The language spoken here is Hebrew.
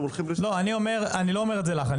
אני לא אומר את זה לך,